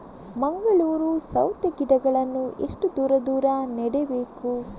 ಮಂಗಳೂರು ಸೌತೆ ಗಿಡಗಳನ್ನು ಎಷ್ಟು ದೂರ ದೂರ ನೆಡಬೇಕು?